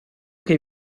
che